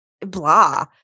blah